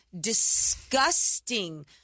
disgusting